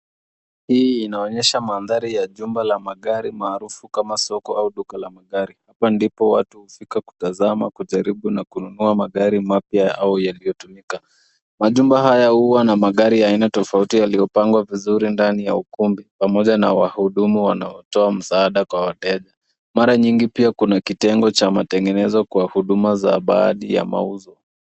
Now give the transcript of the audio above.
Hii inaonyesha mandhari ya jumba la magari maarufu kama soko au duka la magari. Hapa ndipo watu hufika kutazama, kujaribu na kununua magari mapya au yaliyotumika. Majumba haya huwa na magari ya aina tofauti yaliyopangwa vizuri ndani ya ukumbi pamoja na wahudumu wanaotoa msaada kwa wateja. Mara nyingi pia kuna kitengo cha matengenezo kwa huduma za baadhi ya mauzo.